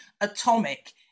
atomic